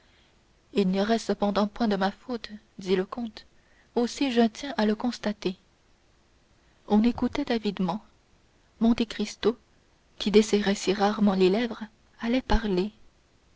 il n'y aurait cependant point de ma faute dit le comte aussi je tiens à le constater on écoutait avidement monte cristo qui desserrait si rarement les lèvres allait parler